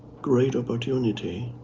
great opportunity.